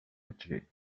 itchy